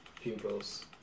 pupils